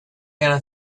gonna